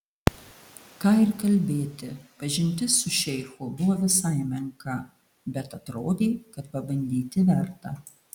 ką ir kalbėti pažintis su šeichu buvo visai menka bet atrodė kad pabandyti verta